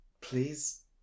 Please